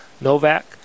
Novak